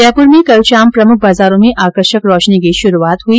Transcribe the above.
जयपुर में कल शाम प्रमुख बाजारों में आकर्षक रोशनी की श्रूआत की गई